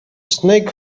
snake